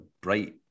bright